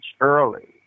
early